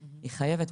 היא פשוט חייבת.